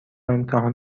امتحان